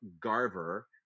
Garver